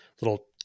little